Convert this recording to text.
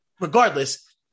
regardless